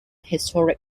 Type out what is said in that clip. historic